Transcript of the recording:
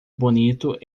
bonito